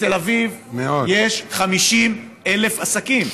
בתל אביב יש 50,000 עסקים.